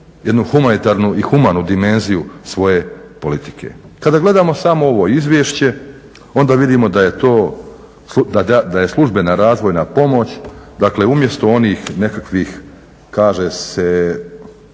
jednu humanitarnu i humanu dimenziju svoje politike. Kada gledamo samo ovo izvješće onda vidimo da je to, da je službena razvojna pomoć dakle umjesto onih nekakvih kaže se